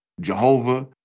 Jehovah